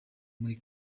muri